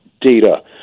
data